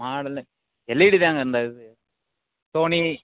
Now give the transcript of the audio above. model LED தாங்க இந்த இது சோனி